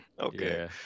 Okay